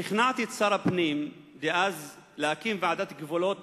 שכנעתי את שר הפנים דאז להקים ועדת גבולות,